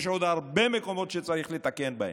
יש עוד הרבה מקומות שצריך לתקן בהם.